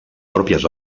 pròpies